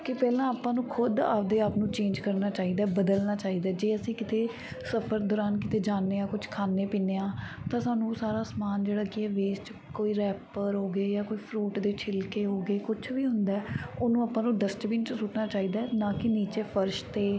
ਕਿ ਪਹਿਲਾਂ ਆਪਾਂ ਨੂੰ ਖੁਦ ਆਪਦੇ ਆਪ ਨੂੰ ਚੇਂਜ ਕਰਨਾ ਚਾਹੀਦਾ ਹੈ ਬਦਲਣਾ ਚਾਹੀਦਾ ਹੈ ਜੇ ਅਸੀਂ ਕਿਤੇ ਸਫ਼ਰ ਦੌਰਾਨ ਕਿਤੇ ਜਾਂਦੇ ਹਾਂ ਕੁਝ ਖਾਂਦੇ ਪੀਂਦੇ ਹਾਂ ਤਾਂ ਸਾਨੂੰ ਉਹ ਸਾਰਾ ਸਮਾਨ ਜਿਹੜਾ ਕੀ ਹੈ ਵੇਸਟ ਕੋਈ ਰੈਪਰ ਹੋ ਗਏ ਜਾਂ ਕੋਈ ਫਰੂਟ ਦੇ ਛਿਲਕੇ ਹੋ ਗਏ ਕੁਛ ਵੀ ਹੁੰਦਾ ਉਹਨੂੰ ਆਪਾਂ ਨੂੰ ਡਸਟਬੀਨ 'ਚ ਸੁੱਟਣਾ ਚਾਹੀਦਾ ਹੈ ਨਾ ਕਿ ਨੀਚੇ ਫਰਸ਼ 'ਤੇ